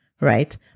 right